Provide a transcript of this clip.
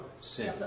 sin